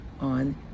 on